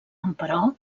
emperò